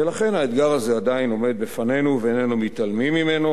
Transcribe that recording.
ולכן האתגר הזה עדיין עומד בפנינו ואיננו מתעלמים ממנו,